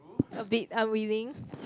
a bit unwilling